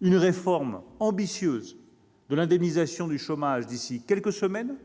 une réforme ambitieuse de l'indemnisation du chômage d'ici à quelques semaines,